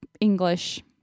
English